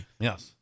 Yes